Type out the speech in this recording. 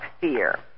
fear